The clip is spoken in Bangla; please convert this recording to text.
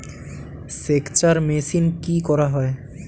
সেকচার মেশিন কি করা হয়?